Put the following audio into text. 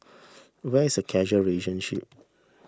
where is the causal relationship